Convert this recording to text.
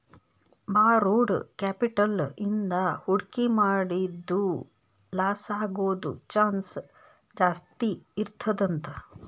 borrowed capital ಇಂದಾ ಹೂಡ್ಕಿ ಮಾಡಿದ್ದು ಲಾಸಾಗೊದ್ ಚಾನ್ಸ್ ಜಾಸ್ತೇಇರ್ತದಂತ